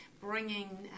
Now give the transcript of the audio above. bringing